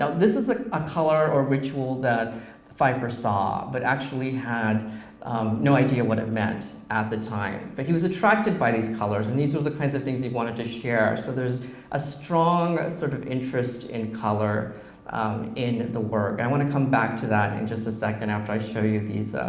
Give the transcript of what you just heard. ah this is ah a color or ritual that pfeifer saw but actually had no idea what it meant at the time, but he was attracted by these colors, and these are the kinds of things he wanted to share, so there's a strong sort of interest in color in the work. i want to come back to that in and just a second after i show you these